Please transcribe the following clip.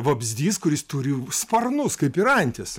vabzdys kuris turi sparnus kaip ir antis